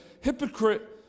hypocrite